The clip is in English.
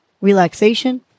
relaxation